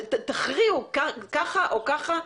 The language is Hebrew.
תכריעו ככה או ככה,